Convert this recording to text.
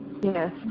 Yes